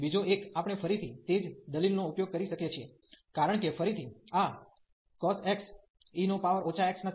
અહીંનો બીજો એક આપણે ફરીથી તે જ દલીલનો ઉપયોગ કરી શકીએ છીએ કારણ કે ફરીથી આ cos x e xx2છે